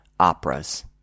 operas